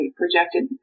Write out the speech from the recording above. projected